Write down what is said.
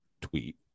tweet